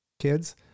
kids